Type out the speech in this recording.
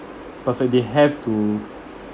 profit they have to